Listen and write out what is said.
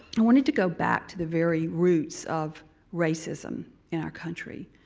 i wanted to go back to the very roots of racism in our country,